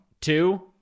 Two